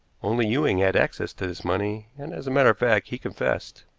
only ewing had access to this money, and, as a matter of fact, he confessed.